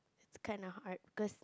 it's kind of hard cause